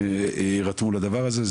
בטוח שמד"א יירתמו לריענון הזה.